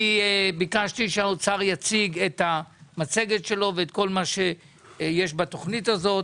ביקשתי שהאוצר יציג את המצגת שלו ואת כל מה שיש בתוכנית הזאת.